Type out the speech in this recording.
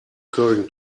going